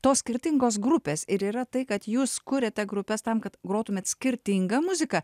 tos skirtingos grupės ir yra tai kad jūs kuriate grupes tam kad grotumėt skirtingą muziką